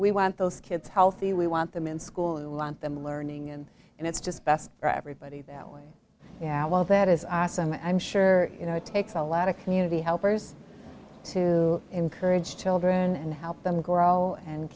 we want those kids healthy we want them in school who want them learning and and it's just best for everybody that way yeah well that is awesome and i'm sure you know it takes a lot of community helpers to encourage children and help them grow and